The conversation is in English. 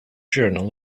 journal